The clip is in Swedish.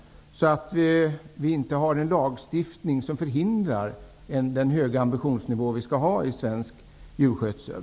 Vi skall ju inte ha en lagstiftning som förhindrar den höga ambitionsnivå som skall finnas vad gäller svensk djurskötsel.